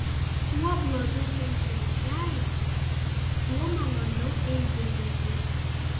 kuo blogiau kenčiančiajam tuo maloniau eibininkui